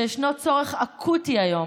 שישנו צורך אקוטי היום,